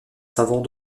savants